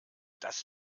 das